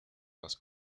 las